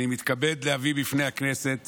אני מתכבד להביא בפני הכנסת